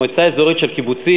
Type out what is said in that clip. מועצה אזורית של קיבוצים,